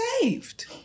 saved